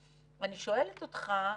אני שואלת אותך,